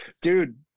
dude